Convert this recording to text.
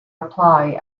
apply